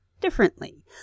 differently